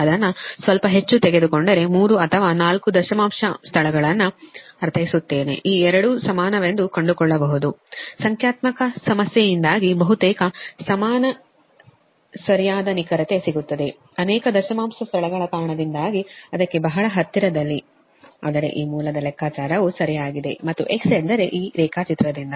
ಅದನ್ನು ಸ್ವಲ್ಪ ಹೆಚ್ಚು ತೆಗೆದುಕೊಂಡರೆ 3 ಅಥವಾ 4 ದಶಮಾಂಶ ಸ್ಥಳಗಳನ್ನು ಅರ್ಥೈಸುತ್ತೇನೆ ಈ ಎರಡು ಸಮಾನವೆಂದು ಕಂಡುಕೊಳ್ಳಬಹುದು ಸಂಖ್ಯಾತ್ಮಕ ಸಮಸ್ಯೆಯಿಂದಾಗಿ ಬಹುತೇಕ ಸಮಾನ ಸರಿಯಾದ ನಿಖರತೆ ಸಿಗುತ್ತದೆ ಅನೇಕ ದಶಮಾಂಶ ಸ್ಥಳಗಳ ಕಾರಣದಿಂದಾಗಿ ಅದಕ್ಕೆ ಬಹಳ ಹತ್ತಿರದಲ್ಲಿ ಆದರೆ ಈ ಮೂಲದ ಲೆಕ್ಕಾಚಾರವು ಸರಿಯಾಗಿದೆ ಮತ್ತು X ಎಂದರೆ ಈ ರೇಖಾಚಿತ್ರದಿಂದ